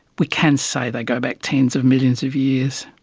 we can say they go back tens of millions of years.